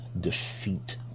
defeat